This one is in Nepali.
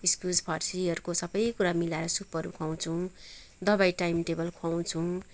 इस्कुस फर्सीहरूको सबै कुरा मिलाएर सुपहरू खुवाउछौँ दबाई टाइम टेबल खुवाउछौँ